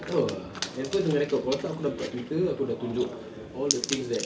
tak tahu ah handphone tengah record kalau tak aku dah buka Twitter aku dah tunjuk all the things that